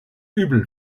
übel